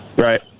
Right